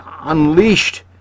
unleashed